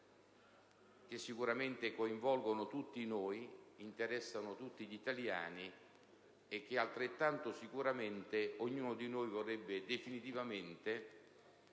che sicuramente coinvolgono tutti noi, interessano tutti gli italiani e che, altrettanto sicuramente, ognuno di noi vorrebbe definitivamente